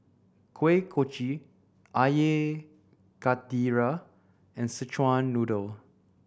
Kuih Kochi Air Karthira and Szechuan Noodle